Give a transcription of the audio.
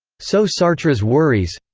so sartre's worries.